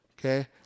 Okay